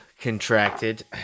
contracted